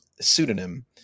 pseudonym